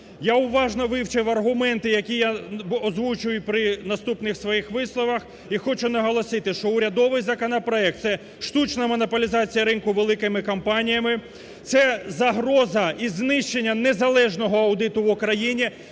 Я уважно вивчив аргументи, які я озвучую при наступних своїх висловах, і хочу наголосити, що урядовий законопроект – це штучна монополізація ринку великим компаніями, це загроза і знищення незалежного аудиту в Україні.